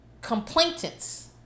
complainants